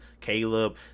caleb